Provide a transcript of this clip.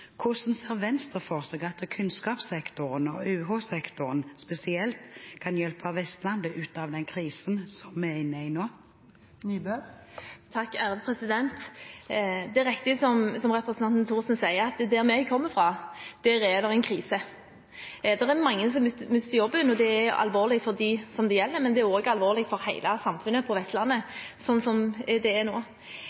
Hvordan ser Venstre for seg at kunnskapssektoren, og UH-sektoren spesielt, kan hjelpe Vestlandet ut av den krisen som vi er inne i nå? Det er riktig, som representanten Thorsen sier, at der vi kommer fra, er det en krise. Det er mange som mister jobben. Det er alvorlig for dem det gjelder, men det er også alvorlig for hele samfunnet på Vestlandet, slik som det er nå.